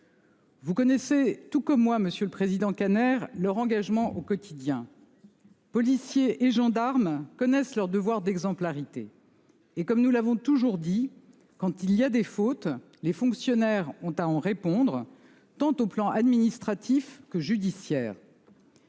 Vous connaissez tout comme moi, monsieur le président Kanner, leur engagement au quotidien. Policiers et gendarmes ont conscience de leur devoir d'exemplarité. Comme nous l'avons toujours dit, quand il y a une faute, les fonctionnaires ont à en répondre aussi bien dans le champ administratif que judiciaire.